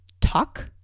talk